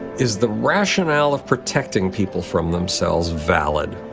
is the rationale of protecting people from themselves valid?